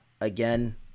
again